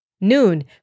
Noon